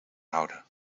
houden